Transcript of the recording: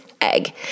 egg